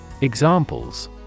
Examples